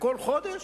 וכל חודש?